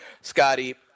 Scotty